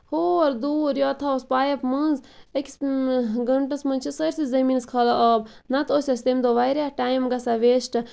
ہور دوٗر یا تھوہوس پایِپ منٛز أکِس گَٲنٹَس منٛز چھِ سٲرسٕے زٔمیٖنَس کھالان آب نہ تہٕ اوس اَسہِ تمہِ دۄہ واریاہ ٹایم گژھان ویسٹہٕ